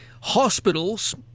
Hospitals